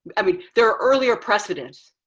i mean, there are earlier precedents,